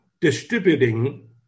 distributing